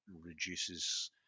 reduces